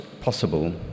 possible